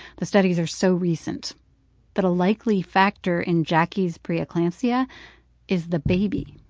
the studies are so recent that a likely factor in jacquie's pre-eclampsia is the baby.